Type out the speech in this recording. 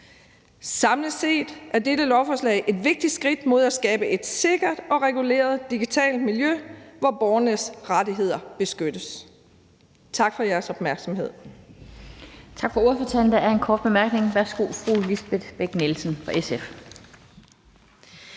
Samlet set er dette lovforslag et vigtigt skridt mod at skabe et sikkert og reguleret digitalt miljø, hvor borgernes rettigheder beskyttes. Tak for jeres opmærksomhed.